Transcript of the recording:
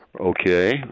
Okay